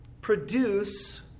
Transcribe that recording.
produce